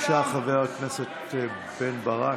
בבקשה, חבר הכנסת בן ברק.